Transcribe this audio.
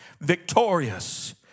Victorious